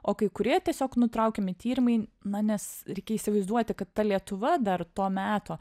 o kai kurie tiesiog nutraukiami tyrimai na nes reikia įsivaizduoti kad ta lietuva dar to meto